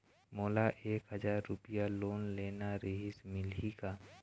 मोला एक हजार रुपया लोन लेना रीहिस, मिलही का?